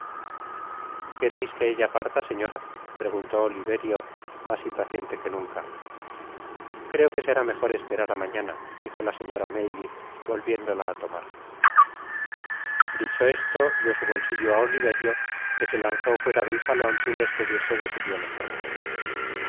queréis que ella parta señora preguntó oliverio mas impaciente que nunca creo que será mejor esperar á mañana dijo la señora maylie volviéndola á tomar dicho esto dio su bolsillo á oliverio que se lanzó fuera del salon sin despedirse de su